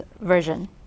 Version